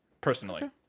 personally